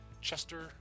Chester